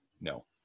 No